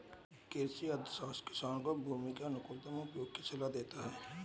कृषि अर्थशास्त्र किसान को भूमि के अनुकूलतम उपयोग की सलाह देता है